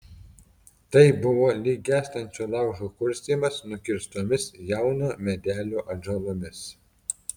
tai buvo lyg gęstančio laužo kurstymas nukirstomis jauno medelio atžalomis